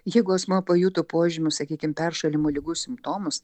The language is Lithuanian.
jeigu asmuo pajuto požymių sakykim peršalimo ligų simptomus